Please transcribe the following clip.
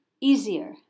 easier